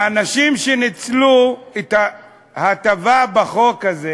האנשים שניצלו את ההטבה בחוק הזה